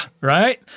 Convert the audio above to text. right